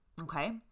okay